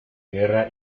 guerra